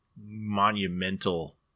monumental